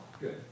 Good